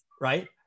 Right